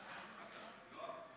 כן.